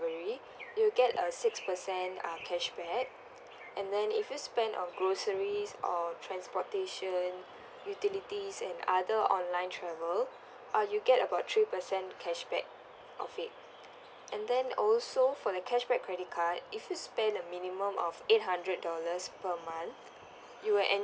~very you'll get a six percent uh cashback and then if you spend on groceries or transportation utilities and other online travel uh you get about three percent cashback of it and then also for the cashback credit card if you spend a minimum of eight hundred dollars per month you will en~